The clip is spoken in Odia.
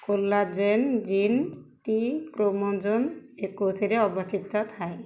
କୋଲାଜେନ୍ ଜିନ୍ ଟି କ୍ରୋମୋଜୋମ୍ ଏକୋଇଶରେ ଅବସ୍ଥିତ ଥାଏ